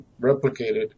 replicated